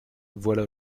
voilà